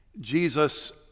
Jesus